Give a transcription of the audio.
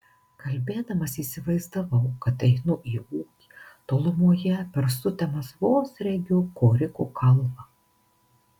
kalbėdamas įsivaizdavau kad einu į ūkį tolumoje per sutemas vos regiu koriko kalvą